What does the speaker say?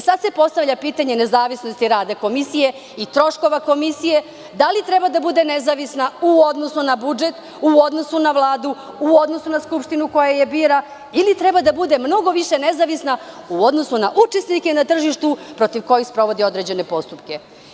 Sada se postavlja pitanje nezavisnosti rada komisije i troškova komisije – da li treba da bude nezavisna u odnosu na budžet u odnosu na Vladu i u odnosu na Skupštinu koja je bira ili treba da bude mnogo više nezavisna u odnosu na učesnike na tržištu protiv kojih sprovodi postupke?